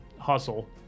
hustle